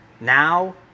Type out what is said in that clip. now